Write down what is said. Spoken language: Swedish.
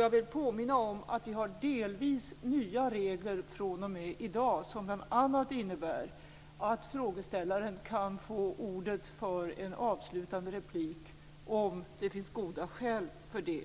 Jag vill påminna om att vi har delvis nya regler fr.o.m. i dag, som bl.a. innebär att frågeställaren kan få ordet för en avslutande replik om det finns goda skäl för det.